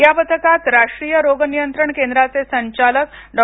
या पथकात राष्ट्रीय रोग नियंत्रण केंद्राचे संचालक डॉ